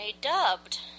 dubbed